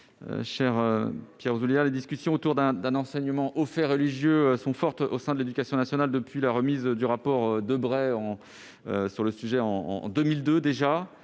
de la culture ? Les discussions autour d'un enseignement des faits religieux sont fortes au sein de l'éducation nationale depuis la remise du rapport Debray sur le sujet en 2002.